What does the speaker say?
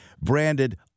branded